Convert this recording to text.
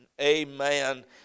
amen